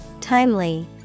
Timely